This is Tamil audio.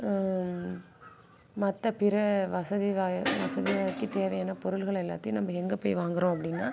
மற்றபிற வசதி வா வசதியை நோக்கி தேவையான பொருள்கள் எல்லாத்தையும் நம்ம எங்கே போய் வாங்குகிறோம் அப்படின்னா